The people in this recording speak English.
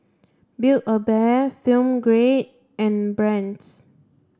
build a Bear Film Grade and Brand's